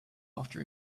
after